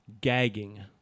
gagging